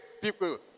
people